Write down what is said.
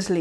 mm